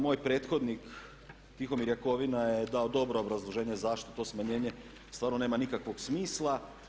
Moj prethodnik Tihomir Jakovina je dao dobro obrazloženje zašto to smanjenje stvarno nema nikakvog smisla.